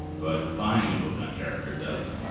but buying a book on character does